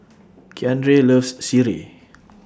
Keandre loves Sireh